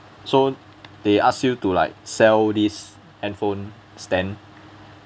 so they ask you to like sell this handphone stand